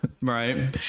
Right